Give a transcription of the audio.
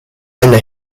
einer